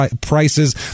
prices